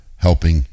helping